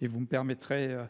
et vous me permettrez un